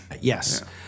yes